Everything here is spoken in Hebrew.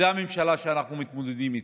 זאת הממשלה שאנחנו מתמודדים איתה.